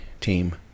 team